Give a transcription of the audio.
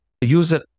user